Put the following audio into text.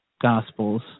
gospels